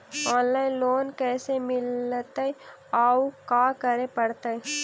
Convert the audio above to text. Online loan कैसे मिलतै औ का करे पड़तै?